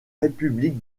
république